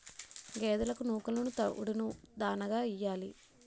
గేదెలకు నూకలును తవుడును దాణాగా యియ్యాలి